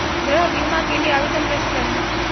गृह बीमा के लिए आवेदन कैसे करें?